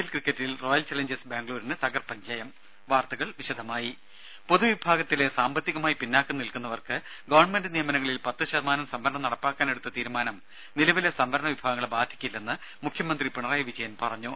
L ക്രിക്കറ്റിൽ Royal Challengers ബാംഗ്ലൂരിന് തകർപ്പൻ ജയം വാർത്തകൾ വിശദമായി പൊതുവിഭാഗത്തിലെ സാമ്പത്തികമായി പിന്നാക്കം നിൽക്കുന്നവർക്ക് ഗവൺമെന്റ് നിയമനങ്ങളിൽ പത്തുശതമാനം സംവരണം നടപ്പാക്കാൻ എടുത്ത തീരുമാനം നിലവിലെ സംവരണ വിഭാഗങ്ങളെ ബാധിക്കില്ലെന്ന് മുഖ്യമന്ത്രി പിണറായി വിജയൻ പറഞ്ഞു